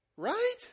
Right